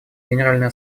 генеральная